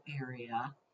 area